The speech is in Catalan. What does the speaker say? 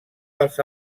dels